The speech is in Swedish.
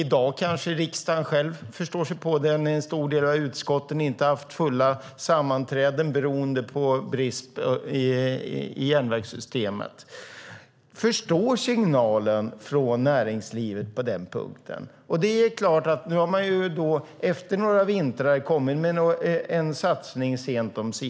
I dag kanske riksdagen själv förstår sig på den signalen från näringslivet när en stor del av utskotten inte har haft fulla sammanträden beroende på brister i järnvägssystemet. Efter några vintrar har man sent omsider kommit med en satsning.